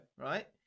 Right